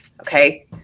okay